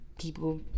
people